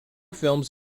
films